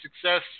success